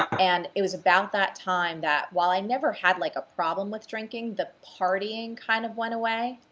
and it was about that time that while i never had like a problem with drinking, the partying kind of went away.